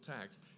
tax